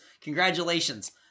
congratulations